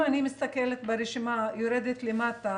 אם אני מסתכלת ברשימה למטה,